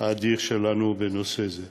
האדיר שלנו בנושא זה.